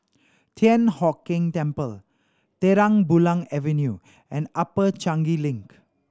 Thian Hock Keng Temple Terang Bulan Avenue and Upper Changi Link